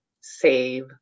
save